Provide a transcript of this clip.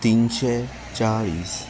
तिनशे चाळीस